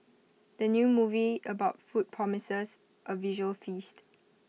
the new movie about food promises A visual feast